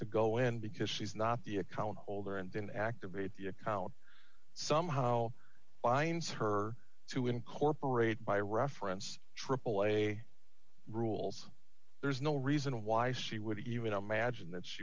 go in because she's not the account holder and then activate the account somehow finds her to incorporate by reference aaa rules there's no reason why she would even imagine that she